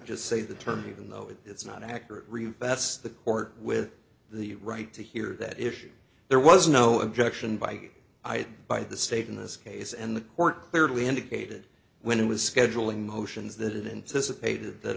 just say the term even though it is not accurate that's the court with the right to hear that issue there was no objection by either by the state in this case and the court clearly indicated when it was scheduling motions that